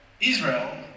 Israel